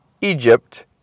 Egypt